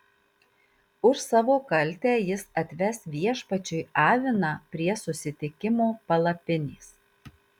už savo kaltę jis atves viešpačiui aviną prie susitikimo palapinės